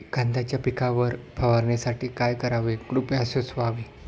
कांद्यांच्या पिकावर फवारणीसाठी काय करावे कृपया सुचवावे